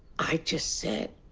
i just said,